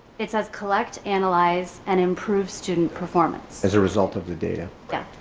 it says collect, analyze and improve student performance as a result of the data? yeah.